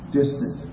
distant